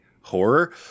horror